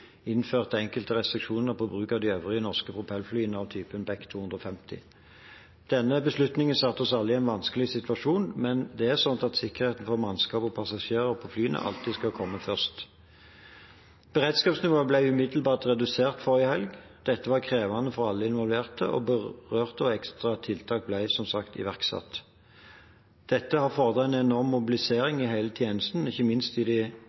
enkelte restriksjoner på bruk av de øvrige norske propellflyene av typen Beech 250. Denne beslutningen satte oss alle i en vanskelig situasjon, men det er sånn at sikkerheten for mannskapet og passasjerene på flyene alltid skal komme først. Beredskapsnivået ble umiddelbart redusert forrige helg. Dette var krevende for alle involverte og berørte, og ekstra tiltak ble som sagt iverksatt. Dette har fordret en enorm mobilisering i hele tjenesten, ikke minst i